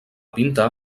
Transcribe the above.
pintar